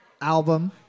album